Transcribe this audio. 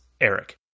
Eric